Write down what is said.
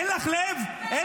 קצת יותר פתוס, קצת יותר משחק.